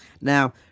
Now